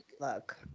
look